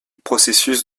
processus